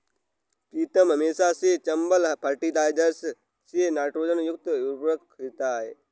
प्रीतम हमेशा से चंबल फर्टिलाइजर्स से नाइट्रोजन युक्त उर्वरक खरीदता हैं